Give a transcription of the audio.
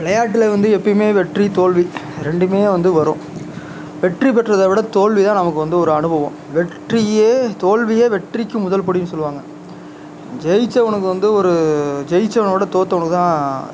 விளையாட்டில் வந்து எப்போயுமே வெற்றி தோல்வி ரெண்டுமே வந்து வரும் வெற்றி பெற்றதை விட தோல்வியே நமக்கு வந்து ஒரு அனுபவம் வெற்றியே தோல்வியே வெற்றிக்கு முதல் படி சொல்வாங்க ஜெயித்தவனுக்கு வந்து ஒரு ஜெயித்தவனோட தோற்றவனுக்கு தான்